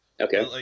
Okay